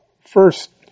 first